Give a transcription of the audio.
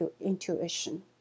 intuition